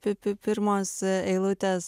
pi pi pirmos eilutės